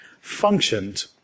functioned